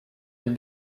elle